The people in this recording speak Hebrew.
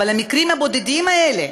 אבל המקרים הבודדים האלה